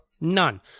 None